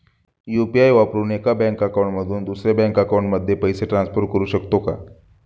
UPI वापरून एका bank account मधून दुसऱ्या बँक अकाउंटमध्ये पैसे ट्रान्सफर करू शकतो का?